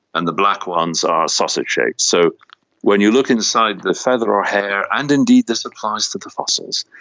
and the black ones are sausage-shaped. so when you look inside the feather or hair, and indeed this applies to the fossils,